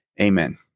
amen